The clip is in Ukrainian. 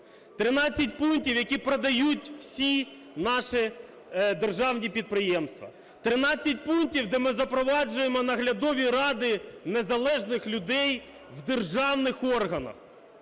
13 пунктів, які продають всі наші державні підприємства. 13 пунктів, де ми запроваджуємо наглядові ради незалежних людей в державних органах.